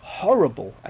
horrible